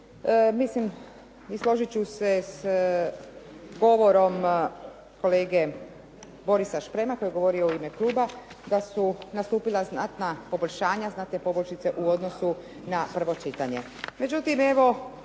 Mislim i složiti ću se s govorom kolege Borisa Šprema koji je govorio u ime kluba da su nastupila znatna poboljšanja, znatne poboljšice u odnosu na prvo čitanje.